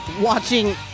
watching